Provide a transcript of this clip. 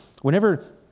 whenever